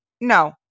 no